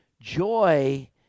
joy